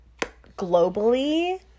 globally